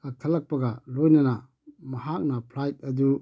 ꯀꯛꯊꯠꯂꯛꯄꯒ ꯂꯣꯏꯅꯅ ꯃꯍꯥꯛꯅ ꯐ꯭ꯂꯥꯏꯠ ꯑꯗꯨ